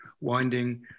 winding